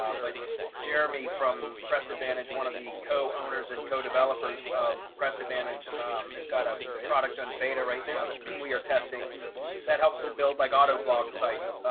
um but jeremy from press advantage, one of the co owners and co developers of press advantage is got a product on beta right now that we are testing that helps to build like auto blog sites.